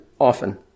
often